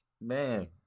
man